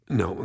no